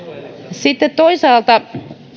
sitten toisaalta